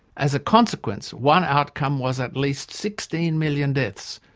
as a consequence, one outcome was at least sixteen million deaths,